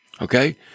Okay